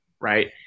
right